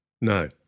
No